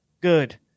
good